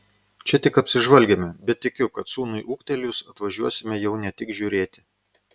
čia tik apsižvalgėme bet tikiu kad sūnui ūgtelėjus atvažiuosime jau ne tik žiūrėti